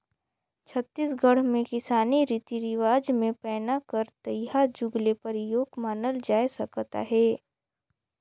छत्तीसगढ़ मे किसानी रीति रिवाज मे पैना कर तइहा जुग ले परियोग मानल जाए सकत अहे